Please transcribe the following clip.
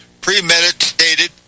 premeditated